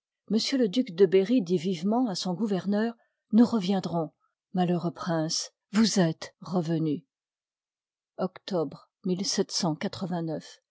le duc de berry dit vivement à son liv j gouverneur nous reviendrons malheureux prince vous êtes revenu ociobie